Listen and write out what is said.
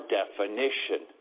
definition